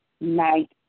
night